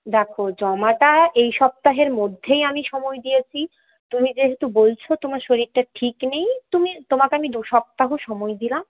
দেখো জমাটা এই সপ্তাহের মধ্যেই আমি সময় দিয়েছি তুমি যেহেতু বলছো তোমার শরীরটা ঠিক নেই তুমি তোমাকে আমি দু সপ্তাহ সময় দিলাম